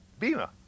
bima